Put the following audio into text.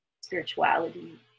spirituality